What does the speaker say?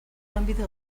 lanbide